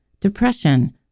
depression